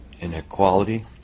inequality